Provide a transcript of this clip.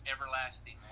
everlasting